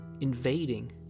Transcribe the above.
invading